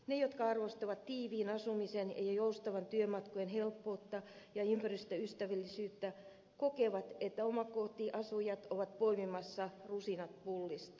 ne jotka arvostavat tiiviin asumisen ja joustavien työmatkojen helppoutta ja ympäristöystävällisyyttä kokevat että omakotiasujat ovat poimimassa rusinat pullista